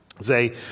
say